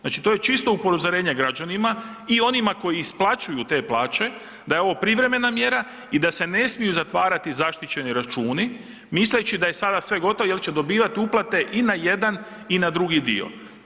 Znači to je čisto upozorenje građanima i onima koji isplaćuju te plaće, da je ovo privremena mjera i da se ne smiju zatvarati zaštićeni računi misleći da je sada sve gotovo jer će dobivati uplate i na jedan i na drugi dio.